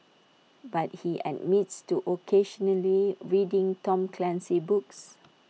but he admits to occasionally reading Tom Clancy books